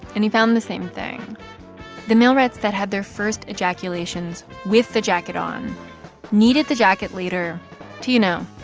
and he found the same thing the male rats that had their first ejaculations with the jacket on needed the jacket later to, you know,